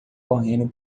correndo